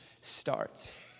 starts